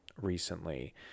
recently